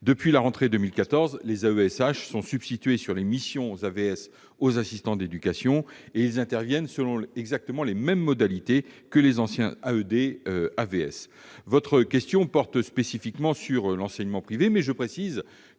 Depuis la rentrée 2014, les AESH se sont substitués sur la mission AVS aux assistants d'éducation, ou AED. Ils interviennent selon les mêmes modalités que les anciens AED-AVS. Votre question porte spécifiquement sur l'enseignement privé, mais je précise